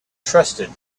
trusted